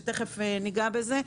שתיכף ניגע בזה.